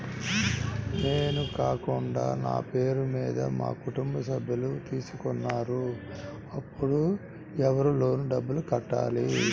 నేను కాకుండా నా పేరు మీద మా కుటుంబ సభ్యులు తీసుకున్నారు అప్పుడు ఎవరు లోన్ డబ్బులు కట్టాలి?